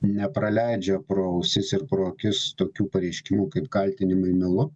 nepraleidžia pro ausis ir pro akis tokių pareiškimų kaip kaltinimai melu